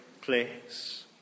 place